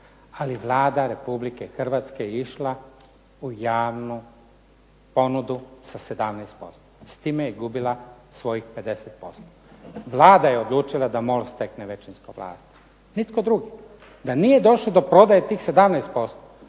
ali Vlada Republike Hrvatske je išla u javnu ponudu sa 17%. S time je gubila svojih 50%. Vlada je odlučila da MOL stekne većinsko vlasništvo. Nitko drugi. Da nije došlo do prodaje tih 17%,